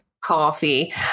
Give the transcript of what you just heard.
coffee